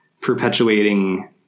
perpetuating